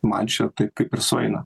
man čia tai kaip ir sueina